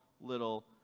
little